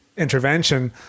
intervention